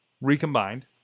recombined